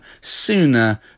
sooner